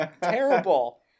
terrible